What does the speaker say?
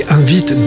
invite